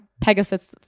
pegasus